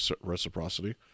reciprocity